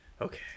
okay